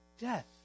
death